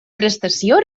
prestació